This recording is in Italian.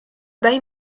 dai